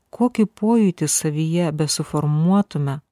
kokį pojūtį savyje besuformuotume